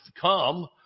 come